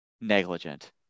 negligent